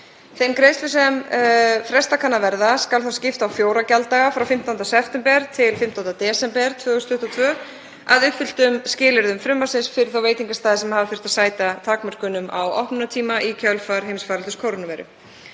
Þeim greiðslum sem frestað kann að verða skal skipt á fjóra gjalddaga frá 15. september til 15. desember 2022 að uppfylltum skilyrðum frumvarpsins fyrir þá veitingastaði sem hafa þurft að sæta takmörkunum á opnunartíma í kjölfar heimsfaraldurs kórónuveiru.